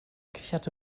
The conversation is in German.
kicherte